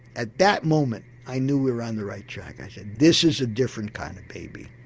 at that moment i knew we were on the right track, i said this is a different kind of baby.